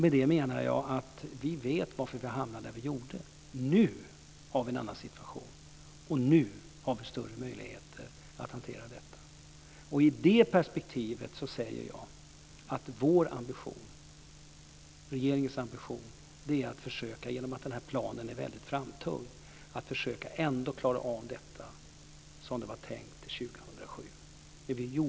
Med det menar jag att vi vet varför vi hamnade där vi gjorde. Nu har vi en annan situation. Nu har vi större möjligheter att hantera detta. I det perspektivet är regeringens ambition, eftersom planen är väldigt framtung, att ändå försöka att klara av det som var tänkt till år 2007.